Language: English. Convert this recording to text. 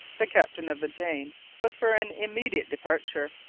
the captain of the jane was for an immediate departure,